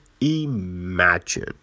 imagine